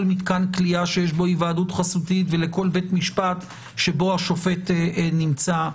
מתקן כליאה שיש בו היוועדות חזותית ולכל בית משפט שבו השופט נמצא.